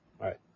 Right